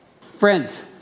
Friends